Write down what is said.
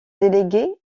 délégué